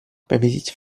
победить